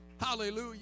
Hallelujah